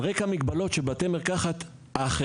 על רקע המגבלות של בתי המרקחת האחרים,